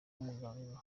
umuganga